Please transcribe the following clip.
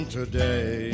today